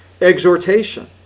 exhortation